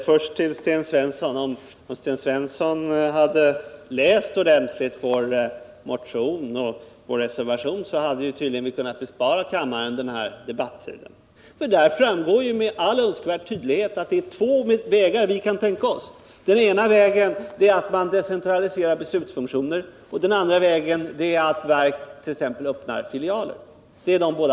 Herr talman! Om Sten Svensson ordentligt hade läst vår motion och vår reservation, hade vi tydligen kunnat spara den här debattiden åt kammaren. Där framgår med all önskvärd tydlighet att det är två vägar som vi kan tänka oss. Den ena vägen är att man decentraliserar beslutsfunktioner, och den andra vägen är att verk t.ex. öppnar filialer.